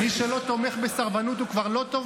מי שלא תומך בסרבנות הוא כהניסט?